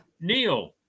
Neil